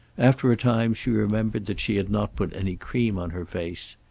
after a time she remembered that she had not put any cream on her face.